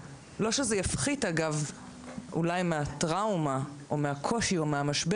לא שזה יפחית מהקושי או מהמשבר,